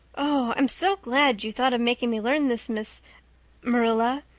oh, i'm so glad you thought of making me learn this, miss marilla.